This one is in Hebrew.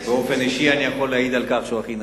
באופן אישי אני יכול להעיד על כך שהוא הכי נחמד.